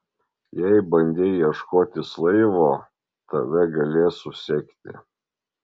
jei bandei ieškotis laivo tave galės susekti